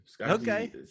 Okay